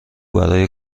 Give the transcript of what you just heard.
برای